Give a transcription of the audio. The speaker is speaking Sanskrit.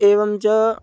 एवं च